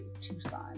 Tucson